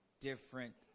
different